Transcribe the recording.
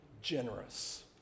generous